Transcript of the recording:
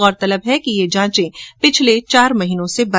गौरतलब है कि ये जांचे पिछले चार महीनों से बंद थीं